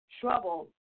trouble